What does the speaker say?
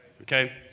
Okay